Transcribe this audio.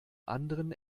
anderen